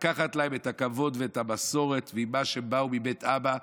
לקחת להם את הכבוד ואת המסורת ואת מה שבאו איתו מבית אבא,